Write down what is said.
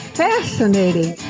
fascinating